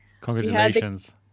Congratulations